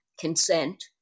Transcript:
consent